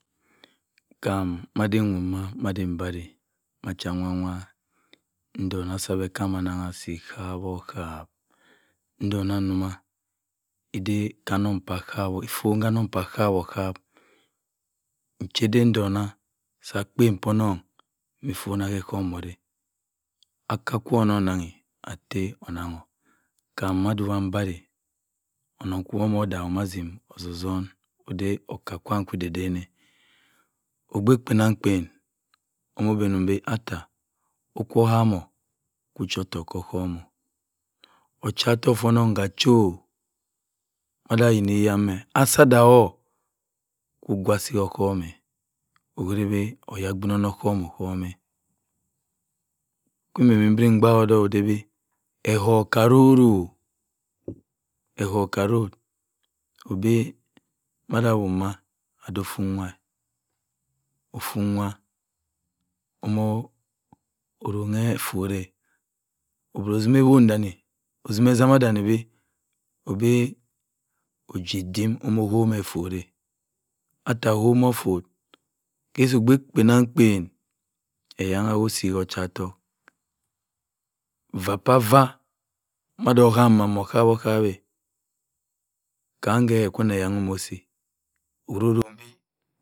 Kam madeph nwa-nwa mande mberb. machi awam-wam. itogha chi-mu-kam anagha ihap-ohap. itogha kwu ma ifuan ka anong bah ihap-ohap. ncheden ntongh se akpen bah onongmah funa-ye osohm morh. akka kwo-ngu naghe atta-kwo monaghu. onongh kwa wo odaghem ode okka-kwm kwu dedane. okpei kpenam-kpem omo-binimbi atta. okwu-hamu. kwi-cha-ottok-se- osohm. ocha-ottok fuh onongh ke chi-oh ode ayine mi nyen asi adaghe. kwu-kwa-asi-osohm okwiri oyagbin-ohbkum-o-kum. kwu mbembe mbiri mbaak ku edbi. egub-ka-aro egub-ka-aro obi ma-chi ku ma ade ofumwa. ofum-nwa ode-oronghe ugfu. obera otima ewon danne osim esama daghe bi. ojediek ma ohom uffu. ke-osi kope kpan-akpan ehama ku-osi ka ocha-tok. uffa-pa-affa mado kama mo kweh-kweh. Kam ke-ke kwu mu eya-ghe osi